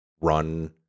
run –